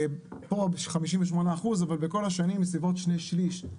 פה 58%, אבל בכל השנים בסביבות שני שליש.